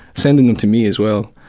sending them to me as well,